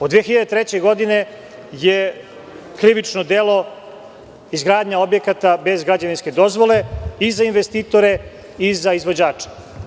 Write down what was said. Od 2003. godine je krivično delo izgradnja objekata bez građevinske dozvole i za investitore i za izvođače.